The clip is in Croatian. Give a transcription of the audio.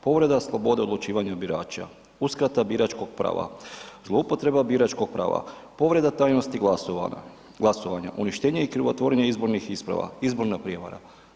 Povreda slobode u odlučivanju birača, uskrata biračkog prava, zloupotreba biračkog prava, povreda tajnosti glasovanja, uništenje i krivotvorenje izbornih isprava, izborna prijevara.